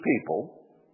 people